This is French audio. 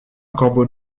corbeau